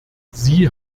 sie